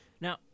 Now